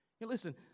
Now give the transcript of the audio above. listen